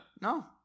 No